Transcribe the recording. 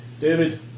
David